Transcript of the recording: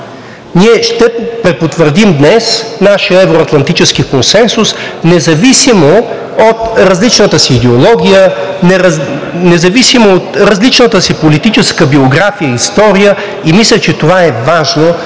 Ние ще препотвърдим днес нашия евро-атлантически консенсус – независимо от различната си идеология, независимо от различната си политическа биография и история, и мисля, че това е важно